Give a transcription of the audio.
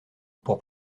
pour